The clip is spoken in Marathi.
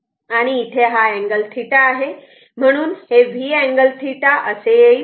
आणि इथे हा अँगल θ आहे म्हणून हे V अँगल θ असे येईल